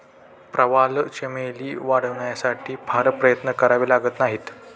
प्रवाळ चमेली वाढवण्यासाठी फार प्रयत्न करावे लागत नाहीत